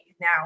Now